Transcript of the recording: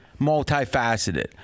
multifaceted